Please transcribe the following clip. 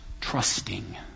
trusting